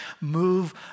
move